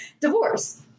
Divorce